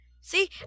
See